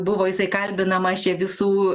buvo jisai kalbinamas čia visų